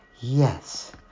Yes